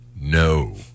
no